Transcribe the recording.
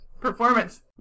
performance